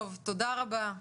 טוב, תודה רבה.